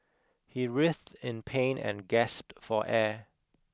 he writhed in pain and gasped for air